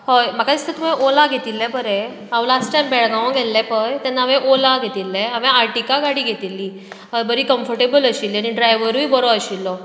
होय म्हाका दिसता तुवें ओला घेतिल्ले बरें हांव लास्ट टायम बेळगांवा गेल्ले पय तेन्ना हांवे ओला घेतिल्ले हांवे आर्टीगा गाडी घेतिल्ली हय बरी कंफोर्टेबल आशिल्ले आनी ड्रायवरूय बरो आशिल्लो